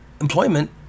employment